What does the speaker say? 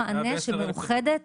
מה המענה של מאוחדת.